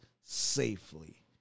safely